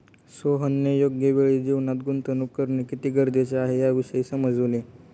सोहनने योग्य वेळी जीवनात गुंतवणूक करणे किती गरजेचे आहे, याविषयी समजवले